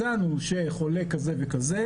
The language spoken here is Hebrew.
מצאנו שחולה כזה וכזה,